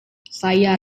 saya